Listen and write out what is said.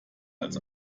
als